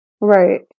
Right